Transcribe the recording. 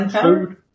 food